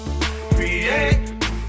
Create